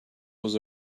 was